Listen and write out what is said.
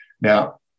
Now